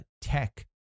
tech